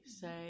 say